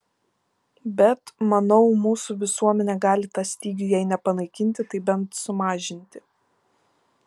bet manau mūsų visuomenė gali tą stygių jei ne panaikinti tai bent sumažinti